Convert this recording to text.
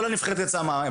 כל הנבחרת יצאה מהמים.